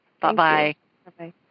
Bye-bye